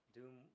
Doom